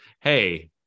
Hey